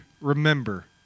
remember